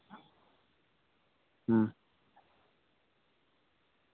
ᱦᱮᱸ